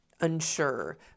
unsure